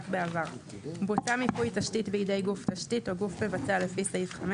בעבר 27. מיפוי תשתית בידי גוף תשתית או גוף מבצע לפי סעיף (5),